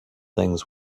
things